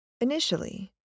Initially